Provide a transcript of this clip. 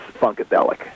Funkadelic